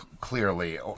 clearly